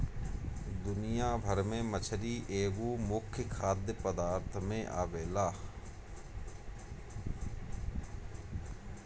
दुनिया भर में मछरी एगो मुख्य खाद्य पदार्थ में आवेला